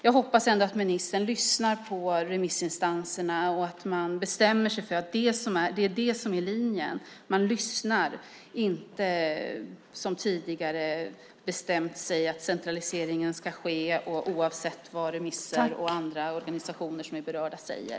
Jag hoppas ändå att ministern lyssnar på remissinstanserna och att man bestämmer sig för att linjen är att man lyssnar och att man inte som tidigare bestämt sig för att centralisering ska ske oavsett vad remissinstanser och berörda säger.